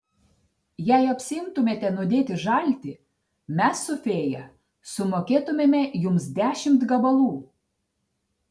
jei apsiimtumėte nudėti žaltį mes su fėja sumokėtumėme jums dešimt gabalų